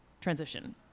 transition